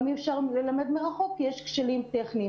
גם אי אפשר ללמד מרחוק כי יש כשלים טכניים,